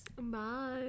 Bye